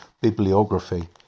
bibliography